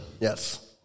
Yes